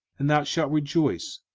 and thou shalt rejoice,